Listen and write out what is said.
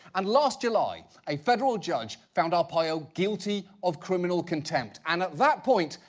and last july, a federal judge found arpaio guilty of criminal contempt. and at that point,